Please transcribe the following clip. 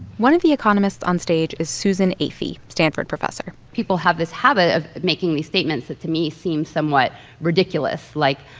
one of the economists onstage is susan athey, stanford professor people have this habit of making these statements that, to me, seem somewhat ridiculous, like,